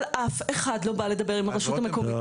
אבל אף אחד לא בא לדבר עם הרשות המקומית.